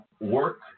work